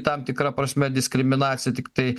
tam tikra prasme diskriminacija tiktai